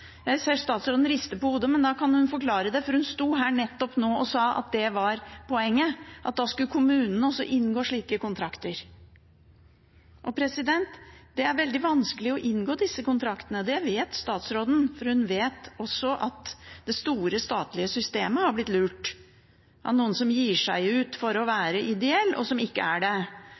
ser at statsråden rister på hodet, men da kan hun forklare det, for hun sto her nettopp nå og sa at poenget var at da skulle kommunene også inngå slike kontrakter. Og det er veldig vanskelig å inngå disse kontraktene, det vet statsråden, for hun vet også at det store statlige systemet har blitt lurt av noen som utgir seg for å være ideell, og som ikke er det.